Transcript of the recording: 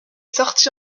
sorti